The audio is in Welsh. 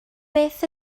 beth